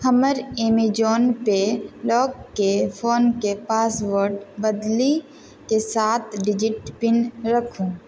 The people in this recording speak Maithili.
हमर ऐमेजोन पे लॉककेँ फोनके पासवर्डसँ बदलि के सात डिजिट पिन राखू